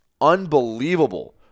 unbelievable